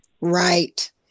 Right